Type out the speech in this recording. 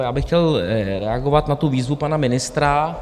Já bych chtěl reagovat na výzvu pana ministra.